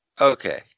Okay